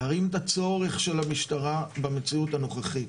להרים את הצורך של המשטרה במציאות הנוכחית.